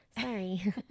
sorry